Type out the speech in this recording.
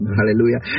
Hallelujah